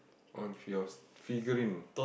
on yours figurine